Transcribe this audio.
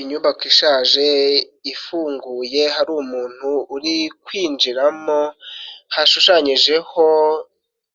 Inyubako ishaje ifunguye hari umuntu uri kwinjiramo hashushanyijeho